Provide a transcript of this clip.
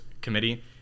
Committee